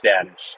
status